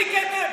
אני כתם?